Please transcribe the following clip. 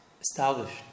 established